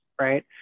right